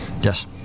Yes